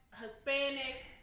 Hispanic